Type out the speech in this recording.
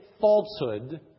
falsehood